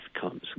comes